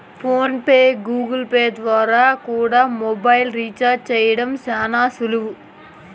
phone pay, Google Pay ద్వారా కూడా mobile recharge చేయడం శానా సులువు